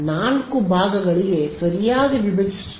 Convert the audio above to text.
4 ಭಾಗಗಳಿಗೆ ಸರಿಯಾಗಿ ವಿಭಜಿಸುತ್ತದೆ